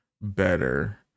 better